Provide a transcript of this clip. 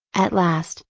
at last,